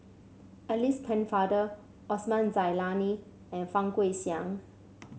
Alice Pennefather Osman Zailani and Fang Guixiang